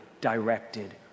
directed